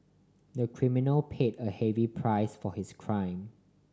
the criminal paid a heavy price for his crime